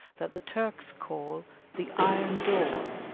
that the turks call the iron door,